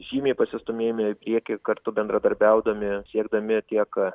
žymiai pasistūmėjome į priekį kartu bendradarbiaudami siekdami tiek